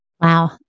Wow